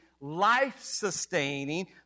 life-sustaining